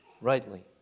rightly